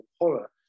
horror